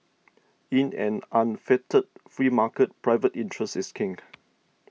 in an unfettered free market private interest is king